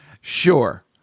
sure